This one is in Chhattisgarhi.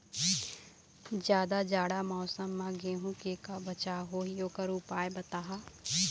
जादा जाड़ा मौसम म गेहूं के का बचाव होही ओकर उपाय बताहा?